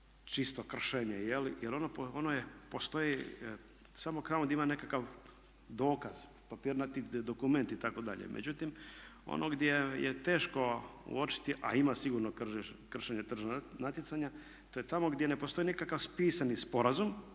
čisto kršenje jer ono je, postoji samo tamo gdje ima nekakav dokaz papirnati gdje je dokument itd. Međutim, ono gdje je teško uočiti, a ima sigurno kršenje tržnog natjecanja to je tamo gdje ne postoji nikakav pisani sporazum